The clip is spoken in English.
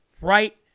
right